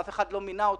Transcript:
אף אחד לא מינה אותי,